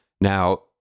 Now